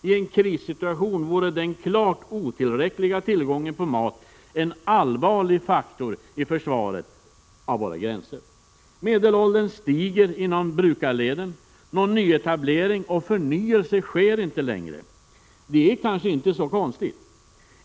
I en krissituation vore den klart otillräckliga tillgången på mat en allvarlig faktor i försvaret av våra gränser. Medelåldern stiger inom brukarleden. Någon nyetablering och förnyelse sker inte längre. Det är kanske inte så konstigt.